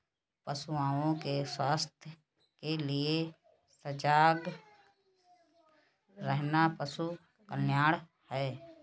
पशुओं के स्वास्थ्य के लिए सजग रहना पशु कल्याण है